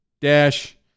dash